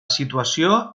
situació